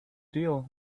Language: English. deal